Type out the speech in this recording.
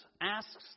asks